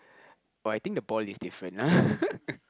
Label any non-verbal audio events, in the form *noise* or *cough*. oh I think the ball is different *laughs*